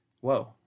Whoa